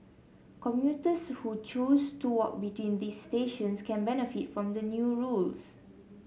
commuters who choose to walk between these stations can benefit from the new rules